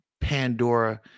pandora